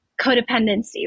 codependency